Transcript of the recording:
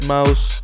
Mouse